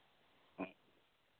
ᱚ